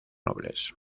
nobles